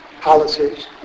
policies